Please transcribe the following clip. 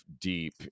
deep